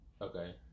Okay